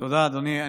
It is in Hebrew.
תודה, אדוני.